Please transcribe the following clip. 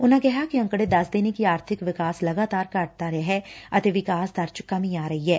ਉਨਾਂ ਕਿਹਾ ਕਿ ਅੰਕੜੇ ਦਸਦੇ ਨੇ ਕਿਹਾ ਕਿ ਆਰਬਿਕ ਵਿਕਾਸ ਲਗਾਤਾਰ ਘੱਟ ਰਿਹੈ ਅਤੇ ਵਿਕਾਸ ਦਰ ਚ ਕਮੀ ਆ ਰਹੀ ਐ